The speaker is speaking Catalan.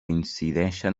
incideixen